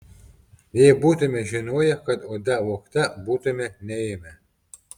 jei būtume žinoję kad oda vogta būtume neėmę